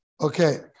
Okay